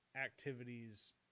activities